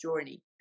journey